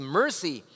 mercy